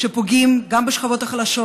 שפוגעים גם בשכבות החלשות